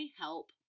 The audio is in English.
help